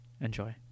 enjoy